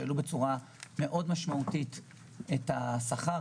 שהעלו בצורה מאוד משמעותית את השכר,